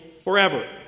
forever